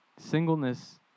Singleness